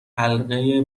حلقه